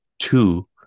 Two